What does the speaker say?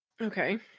Okay